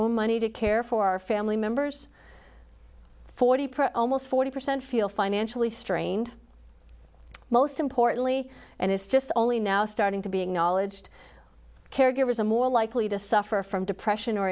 own money to care for family members forty percent almost forty percent feel financially strained most importantly and it's just only now starting to be acknowledged caregivers are more likely to suffer from depression or